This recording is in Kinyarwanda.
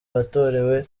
watorewe